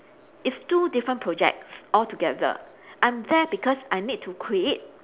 it's two different projects altogether I'm there because I need to create